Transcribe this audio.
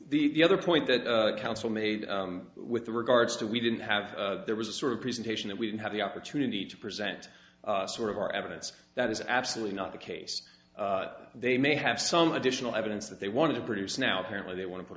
nine the other point that counsel made with regards to we didn't have there was a sort of presentation that we didn't have the opportunity to present sort of our evidence that is absolutely not the case they may have some additional evidence that they wanted to produce now apparently they want to put